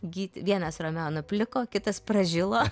gyti vienas romeo nupliko kitas pražilo